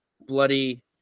bloody